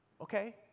Okay